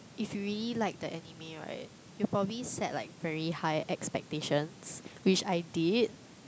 if you really like the anime right you'll probably set like very high expectations which I did